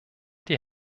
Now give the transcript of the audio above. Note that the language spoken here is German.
die